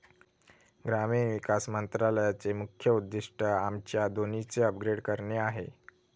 ग्रामीण विकास मंत्रालयाचे मुख्य उद्दिष्ट आमच्या दोन्हीचे अपग्रेड करणे आहे